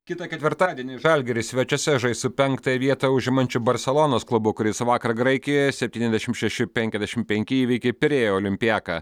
kitą ketvirtadienį žalgiris svečiuose žais su penktąją vietą užimančiu barselonos klubu kuris vakar graikijoje septyniasdešimt šeši penkiasdešimt penki įveikė pirėjo olympiaką